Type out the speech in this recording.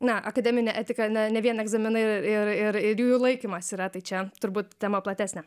na akademinė etika ne ne vien egzaminai ir ir ir jų laikymas yra tai čia turbūt tema platesnė